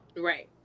right